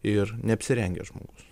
ir neapsirengęs žmogus